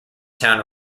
town